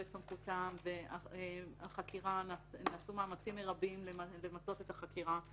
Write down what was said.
את סמכותם ונעשו מאמצים מרבים למצות את החקירה.